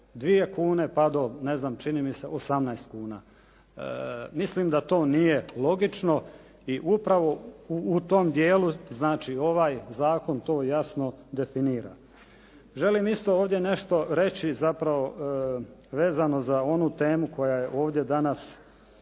do čini mi se 18 kuna. Mislim da to nije logično i upravo u tom dijelu znači ovaj zakon to jasno definira. Želim isto ovdje nešto reći zapravo vezano za onu temu koja je ovdje danas bila